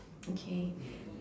okay